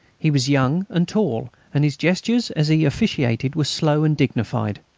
he was young and tall, and his gestures as he officiated were slow and dignified.